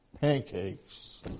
pancakes